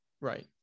Right